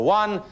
one